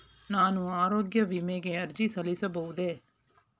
ನಾನು ಆರೋಗ್ಯ ವಿಮೆಗೆ ಅರ್ಜಿ ಸಲ್ಲಿಸಬಹುದೇ?